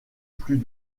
plus